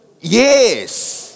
Yes